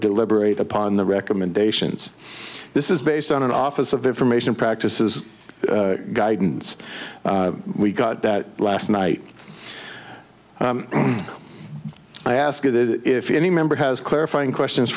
deliberate upon the recommendations this is based on an office of information practices guidance we got that last night i ask you if any member has clarifying questions